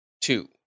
two